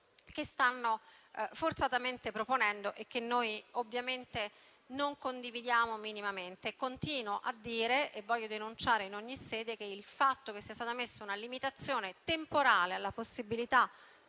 che stanno forzatamente proponendo e che noi ovviamente non condividiamo minimamente. Continuo a dire e voglio denunciare in ogni sede che il fatto che sia stata messa una limitazione temporale alla possibilità,